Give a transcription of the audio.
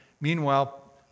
Meanwhile